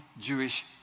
Jewish